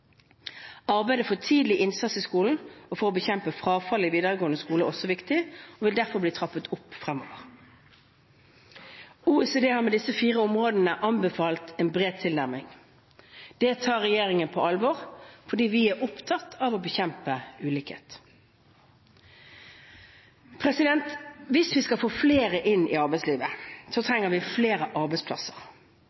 Arbeidet for tidlig innsats i skolen og for å bekjempe frafall i videregående skole er også viktig og vil derfor bli trappet opp fremover. OECD har med disse fire områdene anbefalt en bred tilnærming. Det tar regjeringen på alvor fordi vi er opptatt av å bekjempe ulikhet. Hvis vi skal få flere inn i arbeidslivet,